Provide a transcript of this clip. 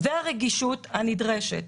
והרגישות הנדרשת.